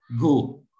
go